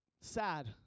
sad